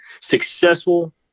successful